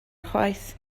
chwaith